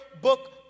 book